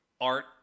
art